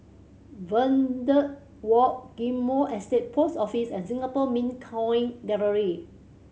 Verde Walk Ghim Moh Estate Post Office and Singapore Mint Coin Gallery